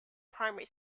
primary